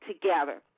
together